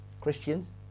Christians